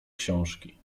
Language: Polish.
książki